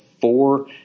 four